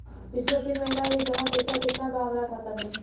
पिछला तीन महीना के जमा पैसा केतना बा हमरा खाता मे?